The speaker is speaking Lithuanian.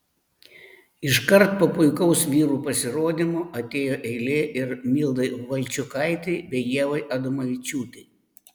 iškart po puikaus vyrų pasirodymo atėjo eilė ir mildai valčiukaitei bei ievai adomavičiūtei